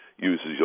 uses